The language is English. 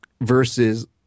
versus